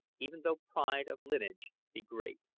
even though pride of lineage be great.